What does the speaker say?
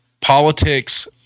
politics